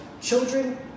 children